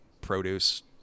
produce